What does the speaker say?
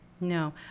No